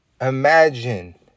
imagine